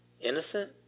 innocent